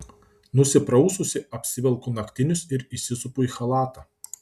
nusipraususi apsivelku naktinius ir įsisupu į chalatą